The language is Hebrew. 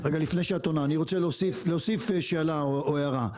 לפני שאת עונה אני רוצה להוסיף שאלה או הערה: